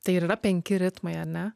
tai ir yra penki ritmai ar ne